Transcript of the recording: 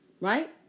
right